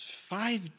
Five